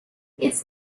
its